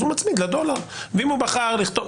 אז הוא מצמיד לדולר; ואם הוא בחר לכתוב